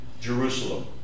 Jerusalem